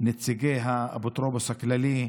נציגי האפוטרופוס הכללי,